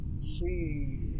see